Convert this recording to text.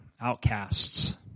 outcasts